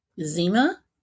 Zima